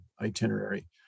itinerary